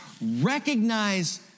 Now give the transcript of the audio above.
recognize